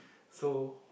so